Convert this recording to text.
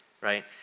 right